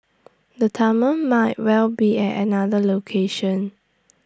the tunnels might well be at another location